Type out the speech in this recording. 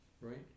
Right